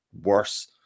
worse